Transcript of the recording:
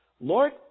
Lord